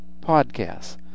podcasts